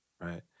Right